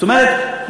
זאת אומרת,